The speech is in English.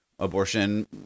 Abortion